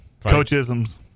coachisms